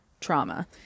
trauma